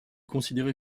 considérée